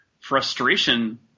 frustration